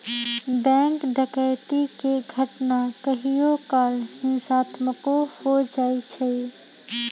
bank डकैती के घटना कहियो काल हिंसात्मको हो जाइ छइ